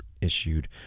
issued